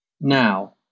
Now